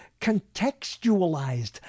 contextualized